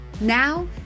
Now